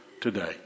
today